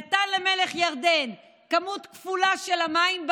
נתן למלך ירדן כמות כפולה של מים,